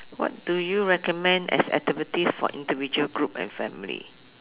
what do you recommend as activities for individual group and family